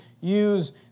use